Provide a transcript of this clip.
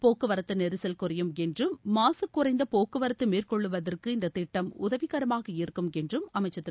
போக்குவரத்து நெரிசல் குறையும் என்றும் மாசு குறைந்த போக்குவரத்து மேற்கொள்ளுவதற்கு இஇந்த திட்டம் உதவிகரமாக இருக்கும் என்று அமைச்சர் திரு